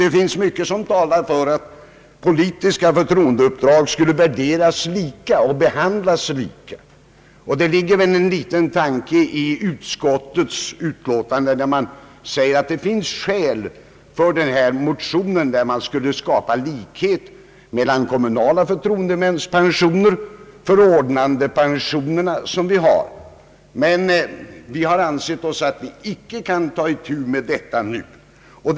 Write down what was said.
Det finns mycket som talar för att politiska förtroendeuppdrag borde värderas lika och behandlas lika. Det ligger väl också en liten tanke i den riktningen i vad utskottet säger om att det finns skäl för den motion, som vill skapa likhet mellan kommunala förtroendemäns pensioner och förordnandepensionerna. Vi har emellertid inom utskottet ansett att vi inte kan ta itu med detta spörsmål nu.